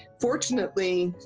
fortunately,